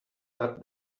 per